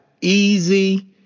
Easy